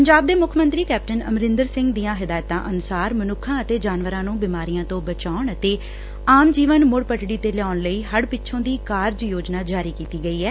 ਪੰਜਾਬ ਦੇ ਮੁੱਖ ਮੰਤਰੀ ਕੈਪਟਨ ਅਮਰਿੰਦਰ ਸਿੰਘ ਦੀਆਂ ਹਦਾਇਤਾਂ ਅਨੁਸਾਰ ਮਨੁੱਖਾਂ ਅਤੇ ਜਾਨਵਰਾਂ ਨੂੰ ਬਿਮਾਰੀਆਂ ਤੋ ਬਚਾਉਣ ਅਤੇ ਆਮ ਜੀਵਨ ਮੁੜ ਪਟੜੀ ਤੇ ਲਿਆਉਣ ਲਈ ਹੜ੍ਹ ਪਿੱਛੋ ਦੀ ਕਾਰਜ ਯੋਜਨਾ ਜਾਰੀ ਕੀਤੀ ਗਈ ਐ